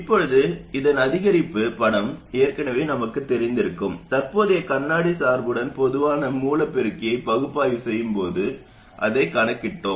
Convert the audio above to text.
இப்போது இதன் அதிகரிப்பு படம் ஏற்கனவே நமக்குத் தெரிந்திருக்கும் தற்போதைய கண்ணாடி சார்புடன் பொதுவான மூல பெருக்கியை பகுப்பாய்வு செய்யும் போது அதைக் கணக்கிட்டோம்